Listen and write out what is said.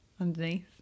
underneath